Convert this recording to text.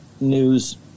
News